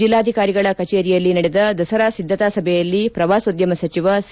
ಜೆಲ್ಲಾಧಿಕಾರಿಗಳ ಕಚೇರಿಯಲ್ಲಿ ನಡೆದ ದಸರಾ ಸಿದ್ಧತಾ ಸಭೆಯಲ್ಲಿ ಪ್ರವಾಸೋದ್ಯಮ ಸಚಿವ ಸಿ